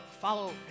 follow